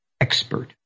Expert